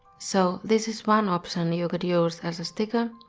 so, this is one option you could use as a sticker.